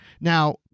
Now